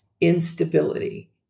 instability